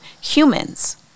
humans